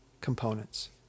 components